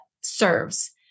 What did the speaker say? serves